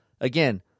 Again